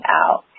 out